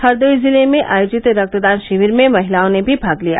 हरदोई जिले में आयोजित रक्तदान शिकिर में महिलाओं ने भी भाग लिया